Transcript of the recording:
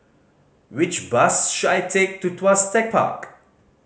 which bus should I take to Tuas Tech Park